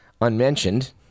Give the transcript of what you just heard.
unmentioned